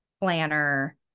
planner